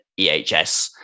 EHS